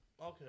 okay